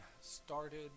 started